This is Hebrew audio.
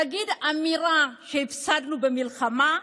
להגיד אמירה שהפסדנו במלחמה,